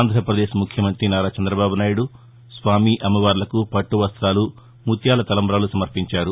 ఆంధ్రప్రదేశ్ ముఖ్యమంతి నారా చంద్రబాబు నాయుడు స్వామి అమ్మవార్లకు పట్టపస్తాలు ముత్యాల తలంబాలు సమర్పించారు